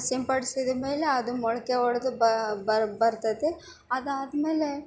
ಸಿಂಪಡಿಸಿದ ಮೇಲೆ ಅದು ಮೊಳಕೆ ಒಡೆದು ಬರ್ ಬರ್ತೈತಿ ಅದಾದಮೇಲೆ